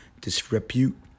disrepute